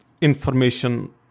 information